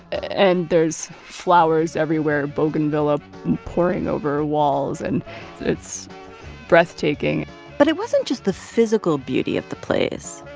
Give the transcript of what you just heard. and there's flowers everywhere bougainvillea pouring over walls. and it's breathtaking but it wasn't just the physical beauty of the place.